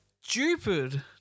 stupid